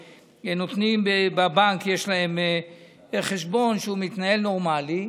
ובבנק יש להם חשבון שמתנהל נורמלי.